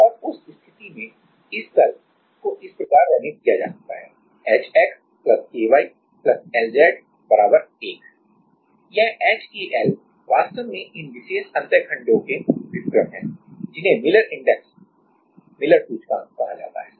और उस स्थिति में इस तल को इस प्रकार वर्णित किया जा सकता है यह h k l वास्तव में इन विशेष अंतःखंडों के व्युत्क्रम हैं जिन्हें मिलर इंडेक्स मिलर सूचकांक कहा जाता है